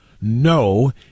No